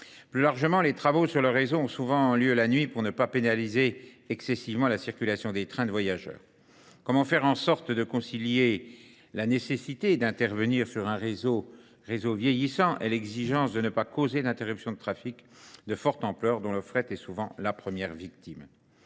Plus largement, les travaux sur le réseau ont souvent lieu la nuit pour ne pas pénaliser excessivement la circulation des trains de voyageurs. Comment faire en sorte de concilier la nécessité d'intervenir sur un réseau vieillissant et l'exigence de ne pas causer une interruption de trafic de forte ampleur dont le fret est souvent la première victime.